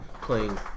playing